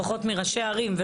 לפחות מראשי ערים,